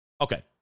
Okay